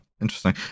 interesting